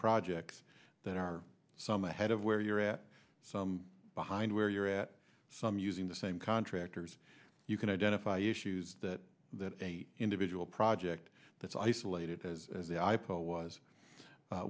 projects that are some ahead of where you're at some behind where you're at some using the same contractors you can identify issues that that an individual project that's isolated as the i p o was